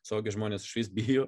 suaugę žmonės išvis bijo